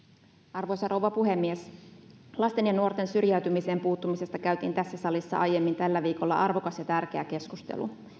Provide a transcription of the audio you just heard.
arvoisa rouva puhemies lasten ja nuorten syrjäytymiseen puuttumisesta käytiin tässä salissa aiemmin tällä viikolla arvokas ja tärkeä keskustelu